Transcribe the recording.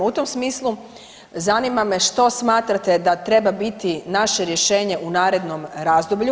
U tom smislu zanima me što smatrate da treba biti naše rješenje u narednom razdoblju?